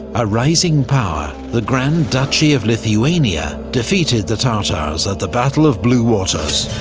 a rising power, the grand duchy of lithuania, defeated the tatars at the battle of blue waters,